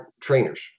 trainers